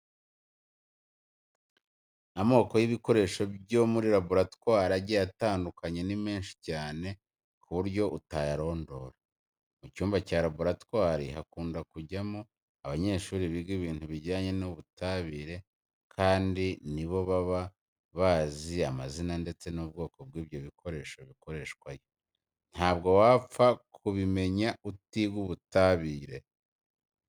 Amoko y'ibikoresho byo muri raboratwari agiye atandukanye ni menshi cyane ku buryo utayarondora. Mu cyumba cya raboratwari hakunda kujyamo abanyeshuri biga ibintu bijyanye n'ubutabire kandi ni bo baba bazi amazina ndetse n'ubwoko bw'ibyo bikoresho bikoreshwayo. Ntabwo wapfa kubimenya utiga ubutabire.